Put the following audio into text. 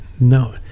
no